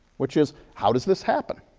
which is, how does this happen?